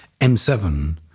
M7